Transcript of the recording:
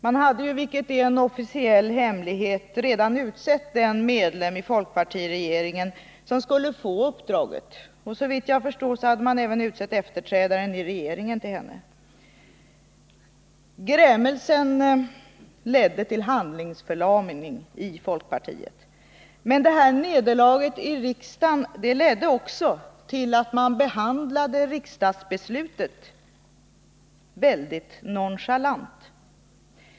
Man hade ju, vilket är en inofficiell hemlighet, redan utsett en medlem av folkpartiregeringen som skulle få uppdraget, och såvitt jag förstår även efterträdaren till henne i regeringen. Grämelsen ledde till handlingsförlamning i folkpartiet. Men det här nederlaget i riksdagen ledde också till att man behandlade riksdagsbeslutet väldigt nonchalant.